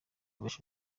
benshi